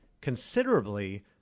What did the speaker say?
considerably